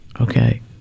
Okay